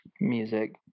music